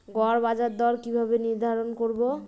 গড় বাজার দর কিভাবে নির্ধারণ করব?